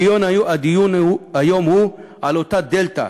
הדיון היום הוא על אותה דלתא,